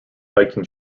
hiking